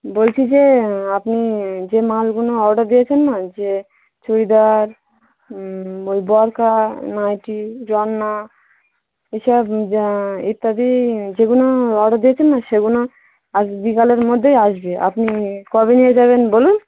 বলছি যে আপনি যে মালগুলো অর্ডার দিয়েছেন না যে চুড়িদার ওই বুরখা নাইটি জন্না এই সব য ইত্যাদি যেগুলো অর্ডার দিয়েছেন না সেগুলো আজ বিকালের মধ্যেই আসবে আপনি কবে নিয়ে যাবেন বলুন